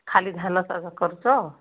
ଖାଲି ଧାନ ଚାଷ କରୁଛ